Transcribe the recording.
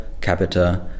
capita